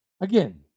Again